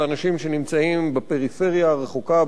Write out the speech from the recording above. באנשים שנמצאים בפריפריה הרחוקה,